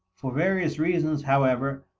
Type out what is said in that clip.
for various reasons, however,